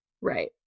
Right